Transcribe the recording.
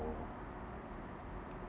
~or